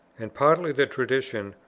and partly the tradition,